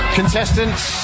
contestants